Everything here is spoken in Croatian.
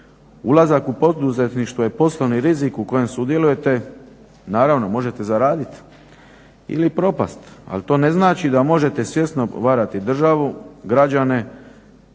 Ulazak u poduzetništvo je poslovni rizik u kojem sudjelujete. Naravno, možete zaraditi ili propasti, ali to ne znači da možete svjesno varati državu, građane